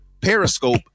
Periscope